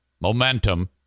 momentum